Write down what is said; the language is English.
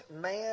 man